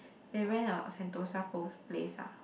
they ran out of Sentosa post place ah